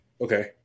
okay